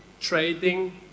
trading